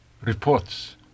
reports